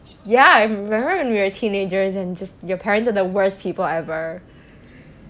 ya I remember when we were teenagers and just your parents are the worst people ever